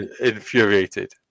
infuriated